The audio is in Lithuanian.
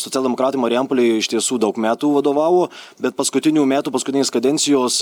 socialdemokratai marijampolėj iš tiesų daug metų vadovavo bet paskutinių metų paskutinės kadencijos